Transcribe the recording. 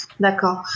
d'accord